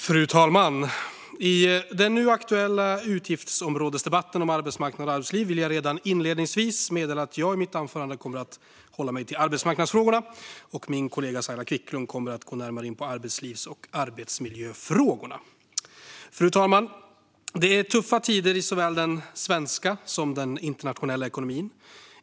Fru talman! I den nu aktuella utgiftsområdesdebatten om arbetsmarknad och arbetsliv vill jag redan inledningsvis meddela att jag i mitt anförande kommer att hålla mig till arbetsmarknadsfrågorna, och min kollega Saila Quicklund kommer att gå närmare in på arbetslivs och arbetsmiljöfrågorna. Fru talman! Det är tuffa tider i såväl den svenska som den internationella ekonomin.